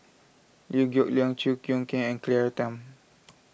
Liew Geok Leong Chew Choo Keng and Claire Tham